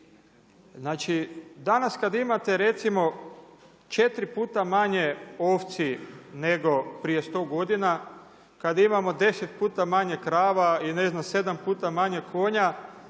znači danas kada imate recimo četiri puta manje ovci nego prije 100 godina, kada imamo deset puta manje krava i ne znam sedam puta manje konja,